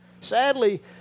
Sadly